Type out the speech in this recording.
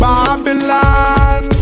Babylon